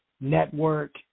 network